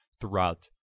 throughout